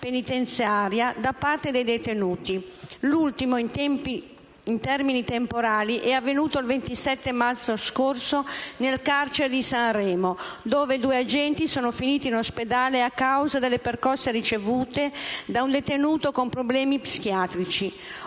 penitenziaria da parte dei detenuti. L'ultimo, in termini temporali, è avvenuto il 27 marzo scorso nel carcere di Sanremo, dove due agenti sono finiti in ospedale a causa delle percosse ricevute da un detenuto con problemi psichiatrici.